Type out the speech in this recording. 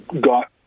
got